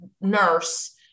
nurse